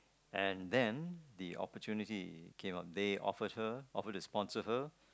and then the opportunity came up they offered her offered to sponsor her